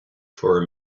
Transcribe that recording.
for